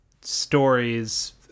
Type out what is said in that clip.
stories